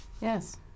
Yes